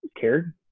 cared